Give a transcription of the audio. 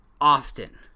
often